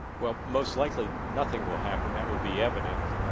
well most likely nothing will happen that will be evident.